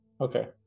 Okay